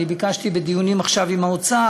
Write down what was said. אני ביקשתי בדיונים עכשיו עם האוצר,